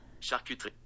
Charcuterie